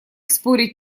спорить